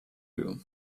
you